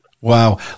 Wow